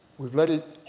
we've let it,